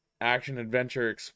action-adventure